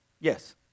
Yes